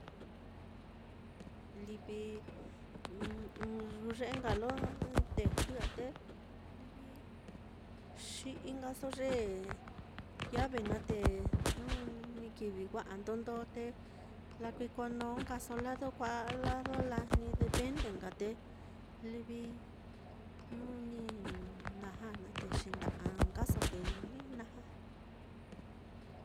Livi ɨ́ɨ́n ɨ́ɨ́n yuye'e nka lo ndejlɨ á, te livi xi'i nkaso ye llave naá, te jnu ni kivi wa'a ndondo te, lakuikono, nkaso lo lado kua'a a lado lajni depende nka, te livi jnu ni naja naá te xinda'a nkaso, ye ni naja.